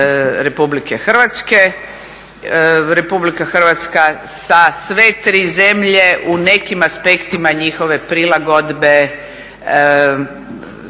Republike Hrvatske. Republika Hrvatska sa sve tri zemlje u nekim aspektima njihove prilagodbe